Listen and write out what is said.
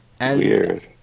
Weird